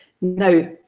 Now